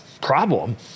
problem